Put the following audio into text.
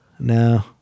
No